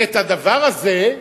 ואת הדבר הזה,